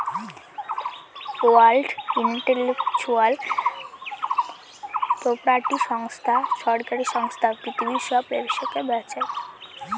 world intellectual property সংস্থা সরকারি সংস্থা পৃথিবীর সব ব্যবসাকে বাঁচায়